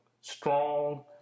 strong